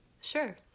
Sure